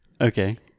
Okay